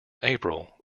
april